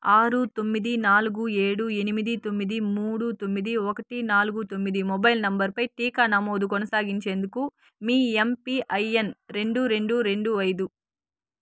ఆరు తొమ్మిది నాలుగు ఏడు ఎనిమిది తొమ్మిది మూడు తొమ్మిది ఒకటి నాలుగు తొమ్మిది మొబైల్ నెంబరుపై టీకా నమోదు కొనసాగించేందుకు మీ ఎంపిఐఎన్ రెండు రెండు రెండు ఐదు